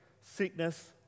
sickness